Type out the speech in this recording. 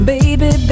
Baby